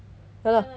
ya la